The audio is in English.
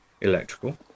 electrical